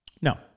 no